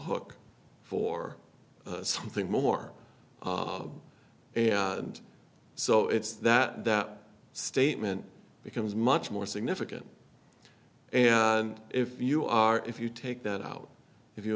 hook for something more and so it's that that statement becomes much more significant and if you are if you take that out if you